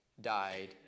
died